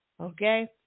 okay